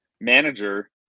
manager